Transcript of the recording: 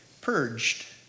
purged